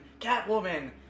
Catwoman